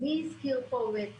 מי הזכיר פה את